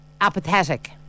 apathetic